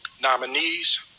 nominees